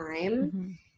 time